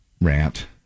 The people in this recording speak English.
Rant